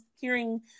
hearing